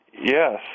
Yes